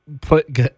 Put